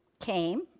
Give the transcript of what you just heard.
Came